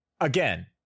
Again